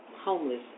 homeless